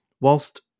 whilst